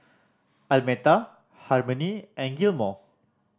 Almeta Harmony and Gilmore